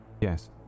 Yes